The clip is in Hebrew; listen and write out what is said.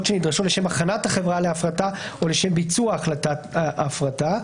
שנדרשות לשם הכנת החברה להפרטה או לשם ביצוע החלטת ההפרטה.